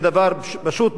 זה דבר פשוט,